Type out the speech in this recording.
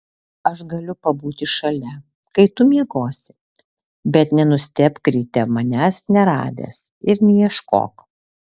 aš galiu pabūti šalia kai tu miegosi bet nenustebk ryte manęs neradęs ir neieškok